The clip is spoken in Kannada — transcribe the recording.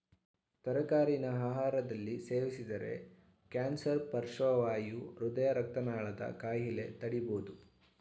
ತರಕಾರಿನ ಆಹಾರದಲ್ಲಿ ಸೇವಿಸಿದರೆ ಕ್ಯಾನ್ಸರ್ ಪಾರ್ಶ್ವವಾಯು ಹೃದಯ ರಕ್ತನಾಳದ ಕಾಯಿಲೆ ತಡಿಬೋದು